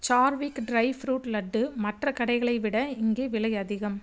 சார்விக் dry fruit laddu மற்ற கடைகளை விட இங்கே விலை அதிகம்